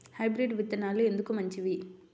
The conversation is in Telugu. హైబ్రిడ్ విత్తనాలు ఎందుకు మంచివి?